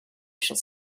shall